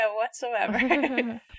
whatsoever